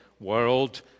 world